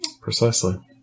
Precisely